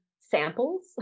samples